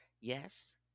Yes